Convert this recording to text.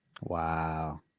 Wow